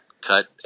cut